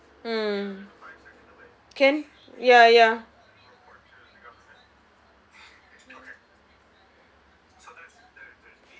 mm can ya ya